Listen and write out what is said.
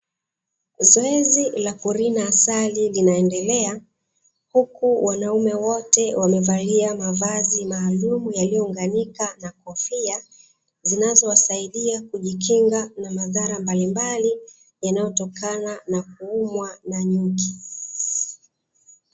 Zoezi la kulima asali linaendelea, huku wanaume wote wamevalia mavazi maalumu yaliyounganika, na kofia zinazowasaidia kujikinga na madhara mbalimbali yanayotokana na kuumwa na nyuki.